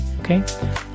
Okay